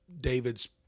David's